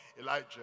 Elijah